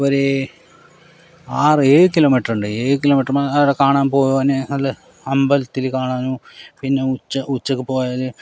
ഒരു ആറ് ഏഴ് കിലോ മീറ്ററുണ്ട് ഏഴു കിലോ മീറ്റർമ്മ ആടെന്ന് കാണാൻ പോകാൻ നല്ല അമ്പലത്തിൽ കാണാനും പിന്നെ ഉച്ച ഉച്ചയ്ക്ക് പോയാൽ